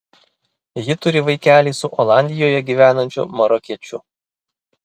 ji turi vaikelį su olandijoje gyvenančiu marokiečiu